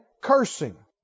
cursing